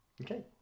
Okay